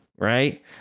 Right